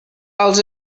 els